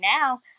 now